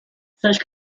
such